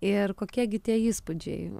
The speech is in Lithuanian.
ir kokie gi tie įspūdžiai